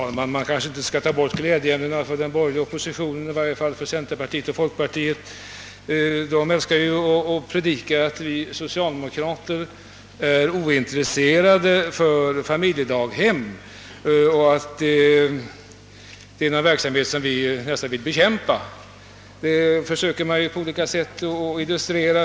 Herr talman! Man kanske inte skall ta bort glädjeämnena för den borgerliga oppositionen, i varje fall inte för centerpartiet och folkpartiet, vilka ju älskar att predika om att vi socialdemokrater är ointresserade av familjedaghem, ja, att det är en verksamhet som vi nästan vill bekämpa. Detta försöker man på olika sätt illustrera.